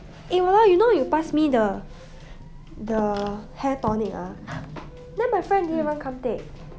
eh !walao! you know you pass me the the hair tonic ah then my friend didn't even come take